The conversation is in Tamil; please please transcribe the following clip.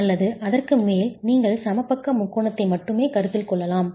அல்லது அதற்கு மேல் நீங்கள் சமபக்க முக்கோணத்தை மட்டுமே கருத்தில் கொள்ளலாம்